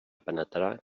penetrar